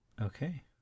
Okay